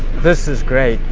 this is great,